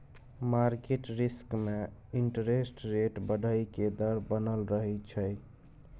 market risk में interest rate बढ़इ के डर बनल रहइ छइ